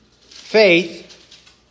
faith